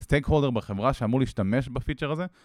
סטייק הולדר בחברה שאמור להשתמש בפיצ'ר הזה